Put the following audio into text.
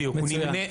בדיוק,